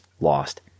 lost